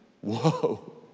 Whoa